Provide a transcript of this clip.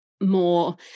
more